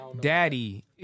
Daddy